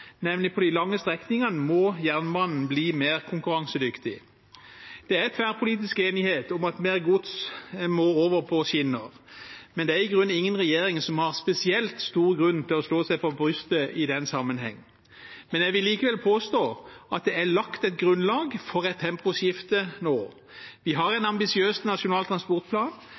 nemlig på de lange strekningene, må jernbanen bli mer konkurransedyktig. Det er tverrpolitisk enighet om at mer gods må over på skinner, men det er i grunnen ingen regjering som har spesielt stor grunn til å slå seg på brystet i den sammenheng. Jeg vil likevel påstå at det er lagt et grunnlag for et temposkifte nå. Vi har en ambisiøs nasjonal transportplan,